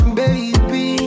baby